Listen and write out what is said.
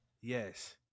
yes